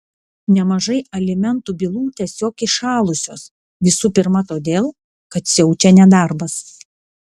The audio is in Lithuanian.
nemažai alimentų bylų tiesiog įšalusios visų pirma todėl kad siaučia nedarbas